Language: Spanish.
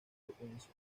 frecuencia